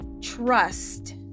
Trust